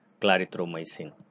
clarithromycin